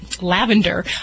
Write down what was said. lavender